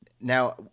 Now